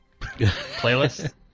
Playlist